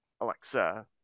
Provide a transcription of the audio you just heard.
Alexa